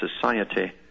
society –